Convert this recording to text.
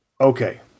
Okay